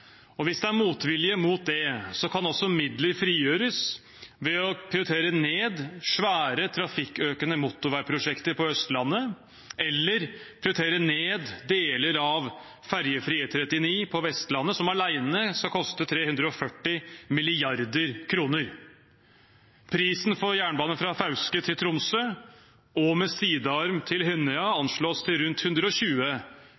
Hvis det er motvilje mot det, kan også midler frigjøres ved å prioritere ned svære, trafikkøkende motorveiprosjekter på Østlandet eller deler av ferjefri E39 på Vestlandet, som alene skal koste 340 mrd. kr. Prisen for jernbane fra Fauske til Tromsø og med sidearm til